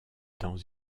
dans